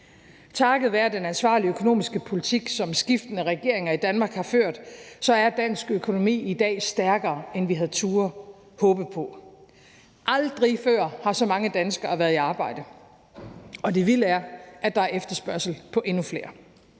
Takket være den ansvarlige økonomiske politik, som skiftende regeringer i Danmark har ført, er dansk økonomi i dag stærkere, end vi havde turdet håbe på. Aldrig før har så mange danskere været i arbejde, og det vilde er, at der er efterspørgsel på endnu flere.